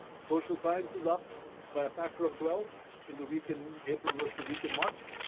social sciences up by a factor of twelve in the week in april versus the week in march.